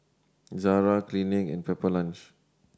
Zara Clinique and Pepper Lunch